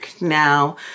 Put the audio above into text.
now